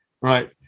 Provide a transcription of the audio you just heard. Right